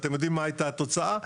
ואתם יודעים מה התוצאה הייתה?